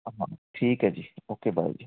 ਹਾਂ ਠੀਕ ਹੈ ਜੀ ਓਕੇ ਬਾਏ ਜੀ